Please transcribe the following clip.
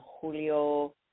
Julio